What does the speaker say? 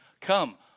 Come